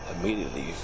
immediately